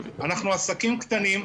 אנחנו עסקים קטנים.